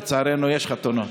לצערנו, יש חתונות.